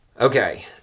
Okay